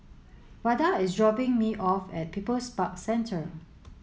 Vada is dropping me off at People's Park Centre